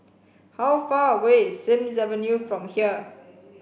how far away is Sims Avenue from here